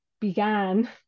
began